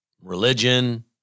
Religion